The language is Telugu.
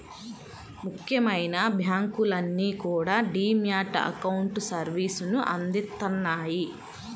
ముఖ్యమైన బ్యాంకులన్నీ కూడా డీ మ్యాట్ అకౌంట్ సర్వీసుని అందిత్తన్నాయి